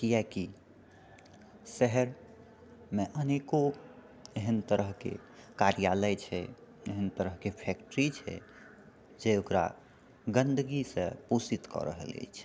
कियाकि शहरमे अनेको एहन तरहके कार्यालय छै एहन तरहके फैक्ट्री छै जे ओकरा गन्दगीसँ पोषित कऽ रहल अछि